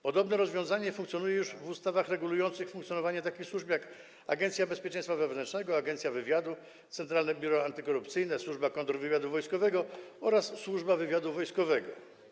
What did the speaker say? Podobne rozwiązanie funkcjonuje już w ustawach regulujących funkcjonowanie takich służb jak Agencja Bezpieczeństwa Wewnętrznego, Agencja Wywiadu, Centralne Biuro Antykorupcyjne, Służba Kontrwywiadu Wojskowego oraz Służba Wywiadu Wojskowego.